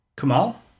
Kamal